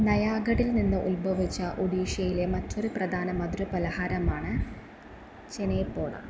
നയാഗഡിൽനിന്ന് ഉത്ഭവിച്ച ഒഡീഷയിലെ മറ്റൊരു പ്രധാന മധുരപലഹാരമാണ് ചെനയപോഡ